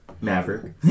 Maverick